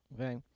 Okay